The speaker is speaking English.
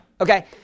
Okay